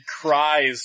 cries